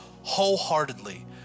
wholeheartedly